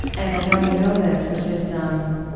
and i know you know this, which is um